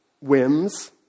whims